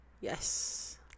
Yes